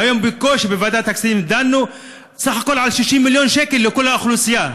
היום בוועדת הכספים דנו סך הכול על 60 מיליון שקל לכל האוכלוסייה,